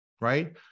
Right